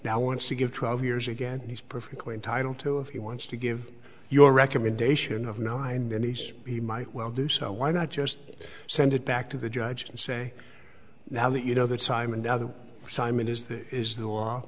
now wants to give twelve years again he's perfectly entitled to if he wants to give you a recommendation of nine denise he might well do so why not just send it back to the judge and say now that you know that time and other simon is this is the law